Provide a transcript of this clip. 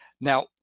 Now